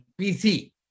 PC